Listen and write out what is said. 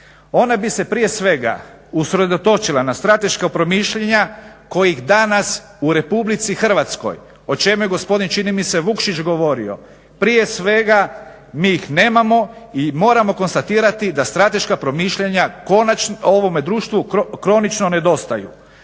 ona bi se prije svega usredotočila na strateška promišljanja kojih danas u Republici Hrvatskoj, o čemu je gospodin čini mi se Vukšić govorio, prije svega mi ih nemamo i moramo konstatirati da strateška promišljanja ovome društvu kronično nedostaju.